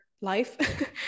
life